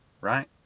right